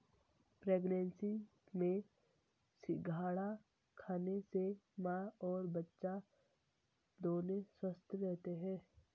pregnancy में सिंघाड़ा खाने से मां और बच्चा दोनों स्वस्थ रहते है